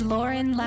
Lauren